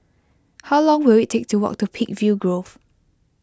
how long will it take to walk to Peakville Grove